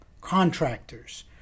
contractors